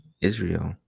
Israel